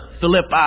Philippi